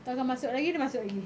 terus aku masuk lagi dia masuk lagi